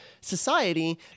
society